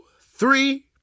three